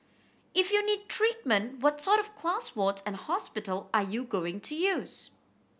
if you need treatment what sort of class ward and hospital are you going to use